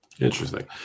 Interesting